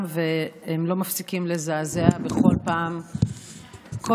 והם לא מפסיקים לזעזע בכל פעם מחדש.